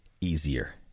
easier